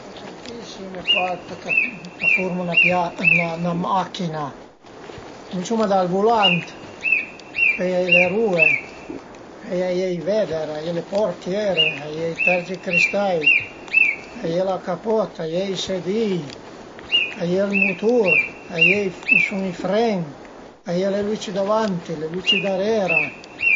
A ite tantissime part ch'a formu 'na pia, 'na machin-a. Cuminciuma dal vulant, pöi a ie le rue, a ie i veder, a ie le portiere, a ie i tergicristai, a ie la capota, a ie i sedi-i, a ie ël mutur, a ie a i sun i fren, a ie le lüci davanti, le lüci darera